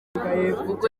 ubwo